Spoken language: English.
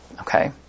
Okay